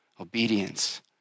obedience